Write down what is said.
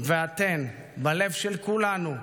ואתם בלב של כולנו,